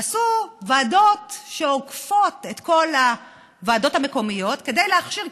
עשו ועדות שעוקפות את כל הוועדות המקומיות כדי להכשיר,